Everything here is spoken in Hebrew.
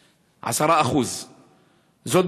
10%. זאת,